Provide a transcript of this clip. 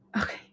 Okay